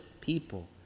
people